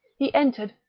he entered,